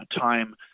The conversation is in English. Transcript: time